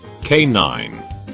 K9